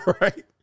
right